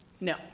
No